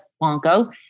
Blanco